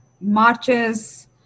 marches